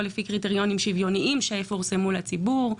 לפי קריטריונים שוויוניים שיפורסמו לציבור.